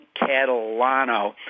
Catalano